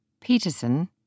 Peterson